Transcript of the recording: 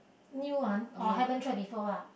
new one or haven't tried before lah